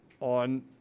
on